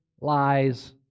lies